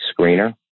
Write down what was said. screener